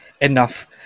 enough